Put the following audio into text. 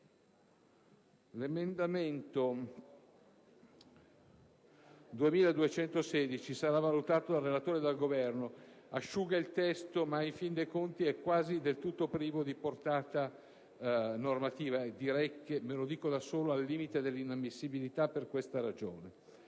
L'emendamento 2.216 sarà valutato dal relatore e dal Governo. Asciuga il testo, ma in fin dei conti è quasi del tutto privo di portata normativa. Per questa ragione, me lo dico da solo, è al limite dell'inammissibilità. Invece,